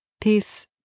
Peace